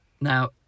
now